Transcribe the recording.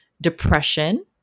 depression